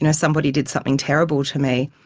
and somebody did something terrible to me.